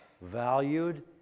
valued